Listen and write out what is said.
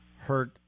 Hurt